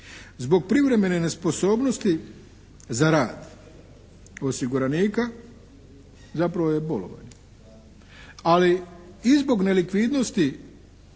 zbog privremene nesposobnosti za rad osiguranika zapravo je bolovanje, ali i zbog nelikvidnosti